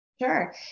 Sure